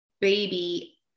baby